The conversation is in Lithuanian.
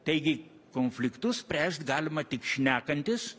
taigi konfliktus spręst galima tik šnekantis